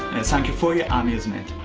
thank you for your amusement.